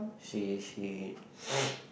she she